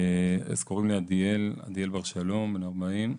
אני בן 40,